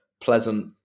pleasant